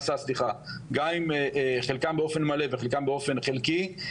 גם אם חלקן באופן מלא וחלקן באופן חלקי,